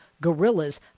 gorillas